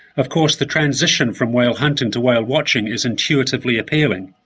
of course the transition from whale hunting to whale-watching is intuitively appealing.